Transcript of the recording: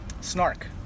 snark